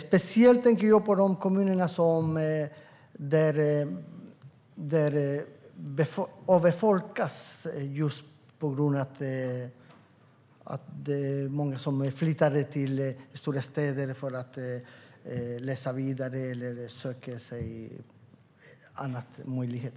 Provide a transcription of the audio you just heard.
Speciellt tänker jag på de kommuner som avfolkas på grund av att många vill flytta till stora städer för att läsa vidare eller söka sig en annan möjlighet.